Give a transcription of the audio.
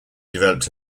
developed